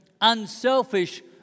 unselfish